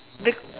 bec~